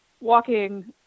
walking